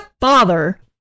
father